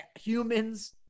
humans